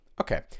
Okay